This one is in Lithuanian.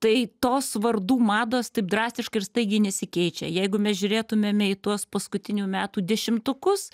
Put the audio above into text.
tai tos vardų mados taip drastiškai ir staigiai nesikeičia jeigu mes žiūrėtumėme į tuos paskutinių metų dešimtukus